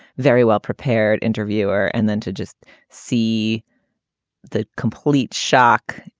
very well-prepared interviewer and then to just see the complete shock.